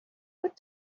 what